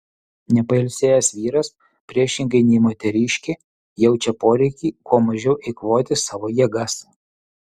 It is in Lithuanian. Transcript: nepailsėjęs vyras priešingai nei moteriškė jaučia poreikį kuo mažiau eikvoti savo jėgas